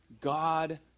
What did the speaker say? God